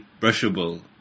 brushable